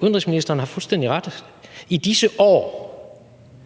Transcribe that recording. har udenrigsministeren fuldstændig ret i, Tyskland